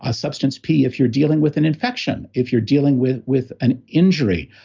ah substance p, if you're dealing with an infection, if you're dealing with with an injury,